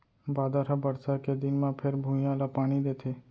बादर ह बरसा के दिन म फेर भुइंया ल पानी देथे